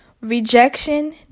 Rejection